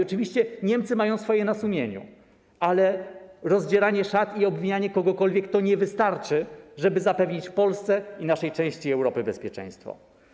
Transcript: Oczywiście Niemcy mają swoje na sumieniu, ale rozdzieranie szat i obwinianie kogokolwiek nie wystarczy, żeby zapewnić Polsce i naszej części Europy bezpieczeństwo.